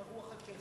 חברי הכנסת,